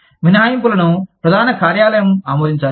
మినహాయింపులను ప్రధాన కార్యాలయం ఆమోదించాలి